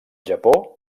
japó